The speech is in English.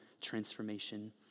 transformation